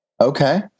Okay